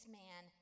man